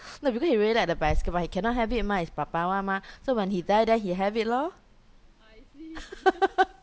no because he really like the bicycle mah he cannot have it mah it's 爸爸 one mah so when he die then he have it lor